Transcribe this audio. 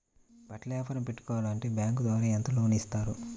బట్టలు వ్యాపారం పెట్టుకోవాలి అంటే బ్యాంకు ద్వారా ఎంత లోన్ ఇస్తారు?